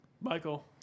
Michael